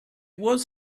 was